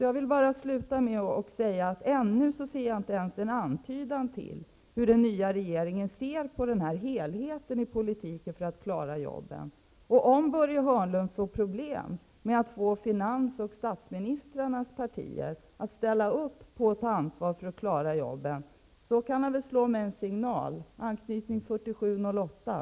Jag vill till slut säga att ännu ser jag inte ens en antydan till hur den nya regeringen ser på den här helheten i politiken för att klara jobben. Om Börje Hörnlund får problem med att få finansministerns och statsministerns partier att ställa upp när det gäller att ta ansvar för att klara jobben, så kan han väl slå en signal till mig, anknytning 4708.